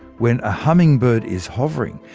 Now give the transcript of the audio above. when a hummingbird is hovering,